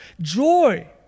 joy